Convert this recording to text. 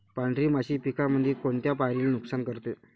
पांढरी माशी पिकामंदी कोनत्या पायरीले नुकसान करते?